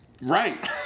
Right